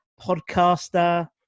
podcaster